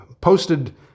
posted